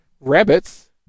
Rabbits